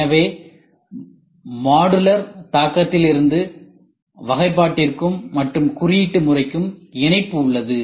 எனவே மாடுலர் தாக்கத்திலிருந்து வகைபாட்டிற்கும் மற்றும் குறியீட்டு முறைக்கும் இணைப்பு உள்ளது